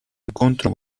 incontro